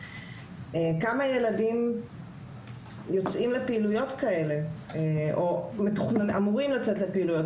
כמה ילדים יוצאים לפעילויות כאלה או אמורים לצאת לפעילויות